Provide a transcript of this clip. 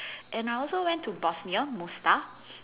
and I also went to Bosnia Mostar